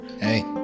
Hey